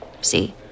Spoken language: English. See